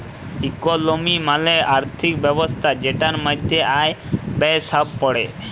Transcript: ইকলমি মালে আর্থিক ব্যবস্থা জেটার মধ্যে আয়, ব্যয়ে সব প্যড়ে